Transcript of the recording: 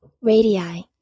Radii